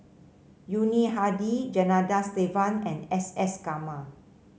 Yuni Hadi Janadas Devan and S S Garma